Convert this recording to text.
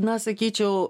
na sakyčiau